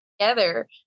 together